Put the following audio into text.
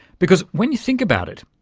because, when you think about it,